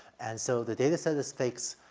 and so the data set is fixed.